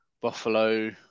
Buffalo